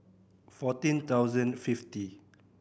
fourteen thousand fifty